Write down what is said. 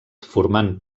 formant